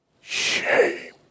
Shame